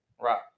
Right